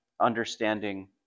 understanding